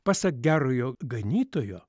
pasak gerojo ganytojo